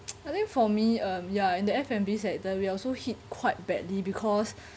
I think for me um ya in the F_N_B sector we are also hit quite badly because